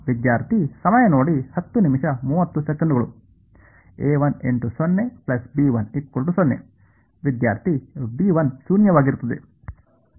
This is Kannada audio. ವಿದ್ಯಾರ್ಥಿಬಿ₁ ಶೂನ್ಯವಾಗಿರುತ್ತದೆ